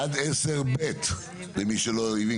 עד 10(ב) למי שלא הבין